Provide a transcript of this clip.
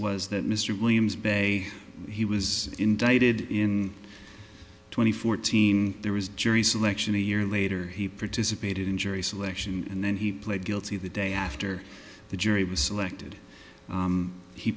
was that mr williams bay he was indicted in twenty fourteen there was jury selection a year later he participated in jury selection and then he pled guilty the day after the jury was selected